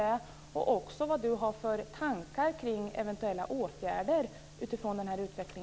Vilka tankar har han kring eventuella åtgärder utifrån denna utveckling?